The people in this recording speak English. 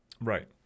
right